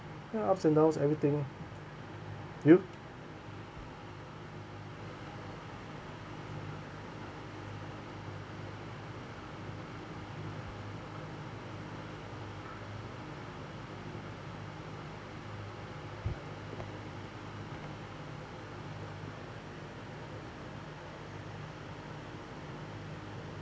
ya ups and downs everything lor you